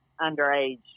underage